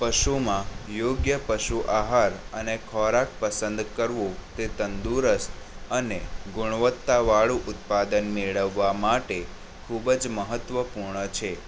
પશુમાં યોગ્ય પશુ આહાર અને ખોરાક પસંદ કરવું તે તંદુરસ્ત અને ગુણવત્તાવાળું ઉત્પાદન મેળવવા માટે ખૂબ જ મહત્ત્વપૂર્ણ છે